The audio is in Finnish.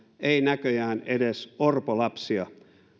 ei näköjään edes orpolapsia